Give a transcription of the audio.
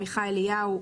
עמיחי אליהו,